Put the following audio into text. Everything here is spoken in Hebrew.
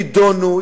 יידונו,